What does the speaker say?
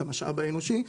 את המשאב האנושי,